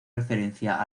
referencia